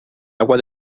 agua